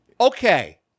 Okay